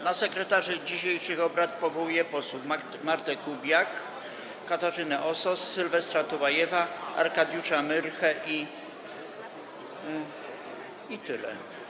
Na sekretarzy dzisiejszych obrad powołuję posłów Martę Kubiak, Katarzynę Osos, Sylwestra Tułajewa, Arkadiusza Myrchę i... i tyle.